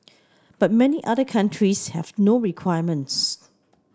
but many other countries have no requirements